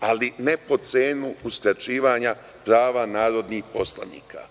ali ne po cenu uskraćivanja prava narodnih poslanika.U